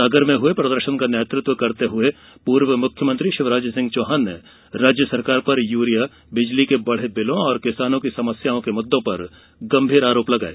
सागर में हुये प्रदर्शन का नेतृत्व करते हुये पूर्व मुख्यमंत्री शिवराज सिंह चौहान ने राज्य सरकार पर यूरिया बिजली के बढ़े बिलों और किसानों की समस्याओं के मुद्दे पर गंभीर आरोप लगाये